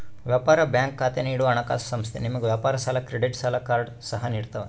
ವ್ಯಾಪಾರ ಬ್ಯಾಂಕ್ ಖಾತೆ ನೀಡುವ ಹಣಕಾಸುಸಂಸ್ಥೆ ನಿಮಗೆ ವ್ಯಾಪಾರ ಸಾಲ ಕ್ರೆಡಿಟ್ ಸಾಲ ಕಾರ್ಡ್ ಸಹ ನಿಡ್ತವ